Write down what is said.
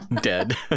Dead